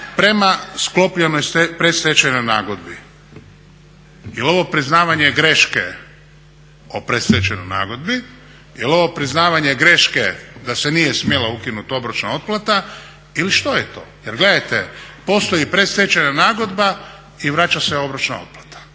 prema sklopljenoj predstečajnoj nagodbi. Jel' ovo priznavanje greške o predstečajnoj nagodbi, jel' ovo priznavanje greške da se nije smjela ukinuti obročna otplata ili što je to? Jer gledajte, postoji predstečajna nagodba i vraća se obročna otplata.